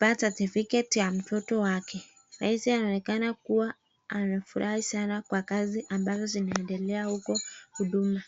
bitrh certificate ya mtoto wake. Sahizi anaonekana kuwa anafurahi sana kwa kazi ambazo zinaendelea huko huduma.